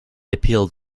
appealed